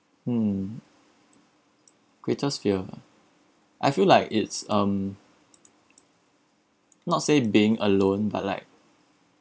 hmm greatest fear I feel like it's um not say being alone but like